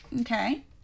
Okay